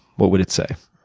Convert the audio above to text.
what would it say?